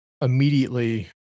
immediately